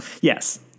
Yes